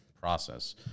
process